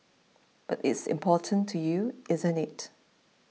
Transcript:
but it's important to you isn't it